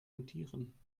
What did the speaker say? notieren